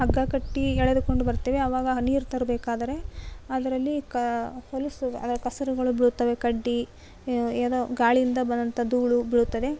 ಹಗ್ಗ ಕಟ್ಟಿ ಎಳೆದುಕೊಂಡು ಬರ್ತೇವೆ ಆವಾಗ ನೀರು ತರಬೇಕಾದ್ರೆ ಅದರಲ್ಲಿ ಕ ಹೊಲಸು ಅದರ ಕೆಸರುಗಳು ಬೀಳುತ್ತವೆ ಕಡ್ಡಿ ಏನೋ ಗಾಳಿಯಿಂದ ಬಂದಂತ ಧೂಳು ಬೀಳುತ್ತದೆ